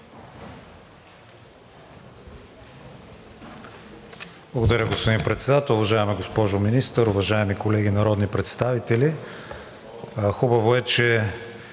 Благодаря, господин Председател. Уважаема госпожо Министър, уважаеми колеги народни представители! Хубаво е, че